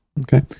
okay